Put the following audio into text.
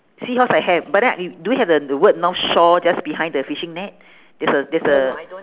seahorse I have but then d~ do you have the the word north shore just behind the fishing net there's a there's a